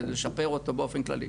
לשפר אותו באופן כללי,